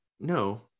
No